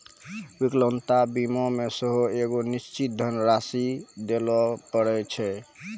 विकलांगता बीमा मे सेहो एगो निश्चित धन राशि दिये पड़ै छै